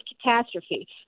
catastrophe